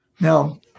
Now